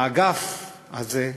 האגף הזה,